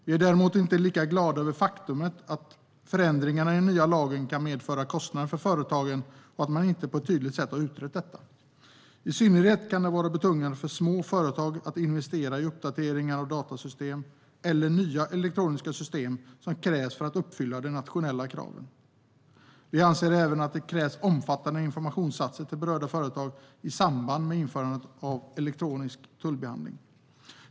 Vi är däremot inte lika glada över det faktum att förändringar i den nya lagen kan medföra kostnader för företagen och att man inte på ett tydligt sätt har utrett detta. I synnerhet kan det vara betungande för små företag att investera i uppdateringar och datasystem eller nya elektroniska system som krävs för att uppfylla de nationella kraven. Vi anser även att det krävs omfattande informationsinsatser till berörda företag i samband med införandet av elektronisk tullbehandling.